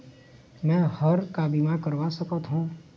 मैं हर का बीमा करवा सकत हो?